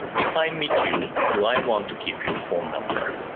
if i meet you, do i want to keep your phone number.